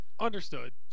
Understood